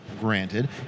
granted